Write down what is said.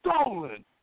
stolen